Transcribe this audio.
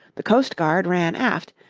the coastguard ran aft,